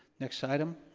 next item,